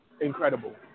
incredible